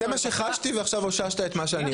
זה מה שחשתי ועכשיו אתה אוששת את זה,